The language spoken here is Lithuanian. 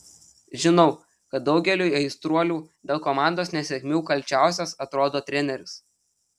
žinau kad daugeliui aistruolių dėl komandos nesėkmių kalčiausias atrodo treneris